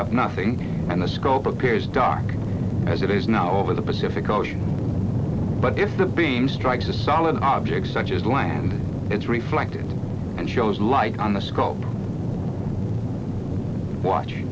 up nothing and the scope appears dark as it is now over the pacific ocean but if the beam strikes a solid objects such as land it's reflected and shows light on the scope watching